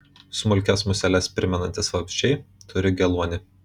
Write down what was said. smulkias museles primenantys vabzdžiai turi geluonį